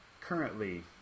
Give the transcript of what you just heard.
currently